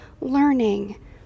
learning